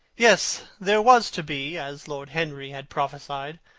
yes there was to be, as lord henry had prophesied,